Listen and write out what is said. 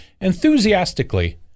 enthusiastically